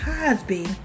Cosby